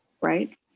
Right